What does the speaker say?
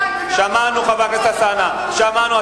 שמענו, חבר הכנסת אלסאנע, שמענו.